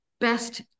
best